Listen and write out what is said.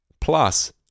plus